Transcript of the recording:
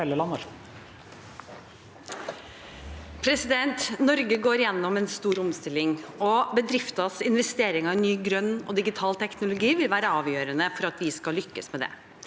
Norge går gjennom en stor omstilling, og bedrifters investering i ny, grønn og digital teknologi vil være avgjørende for at vi skal lykkes med det.